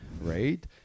right